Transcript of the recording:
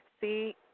See